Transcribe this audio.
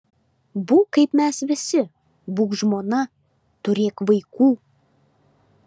būk kaip mes visi būk žmona turėk vaikų